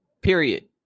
Period